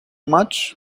much